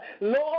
Lord